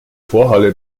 vorhalle